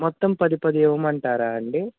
మొత్తం పది పది ఇవ్వమంటారా అండి